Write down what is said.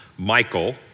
Michael